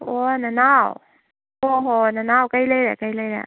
ꯑꯣ ꯅꯅꯥꯎ ꯑꯣ ꯍꯣ ꯅꯅꯥꯎ ꯀꯔꯤ ꯂꯩꯔꯦ ꯀꯔꯤ ꯂꯩꯔꯦ